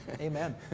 amen